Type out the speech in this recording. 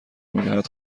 میدهد